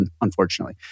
unfortunately